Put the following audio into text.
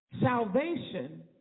salvation